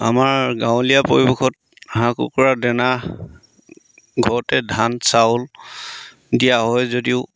আমাৰ গাঁৱলীয়া পৰিৱেশত হাঁহ কুকুৰা দানা ঘৰতে ধান চাউল দিয়া হয় যদিও